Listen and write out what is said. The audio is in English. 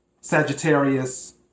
Sagittarius